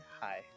hi